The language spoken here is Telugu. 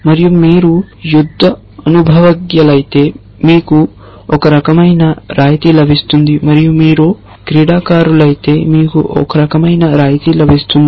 మరియు మీరు యుద్ధ అనుభవజ్ఞులైతే మీకు ఒక రకమైన రాయితీ లభిస్తుంది మరియు మీరు క్రీడాకారులైతే మీకు ఒక రకమైన రాయితీ లభిస్తుంది